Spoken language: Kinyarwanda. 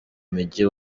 mujyi